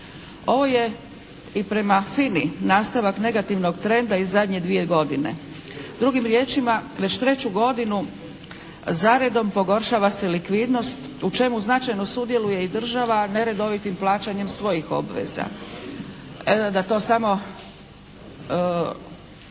Ovo je i prema FINA-i nastavak negativnog trenda iz zadnje dvije godine. Drugim riječima, već treću godinu zaredom pogoršava se likvidnost u čemu značajno sudjeluje i država neredovitim plaćanjem svojih obveza. Da to samo